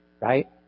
Right